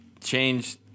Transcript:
change